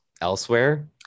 elsewhere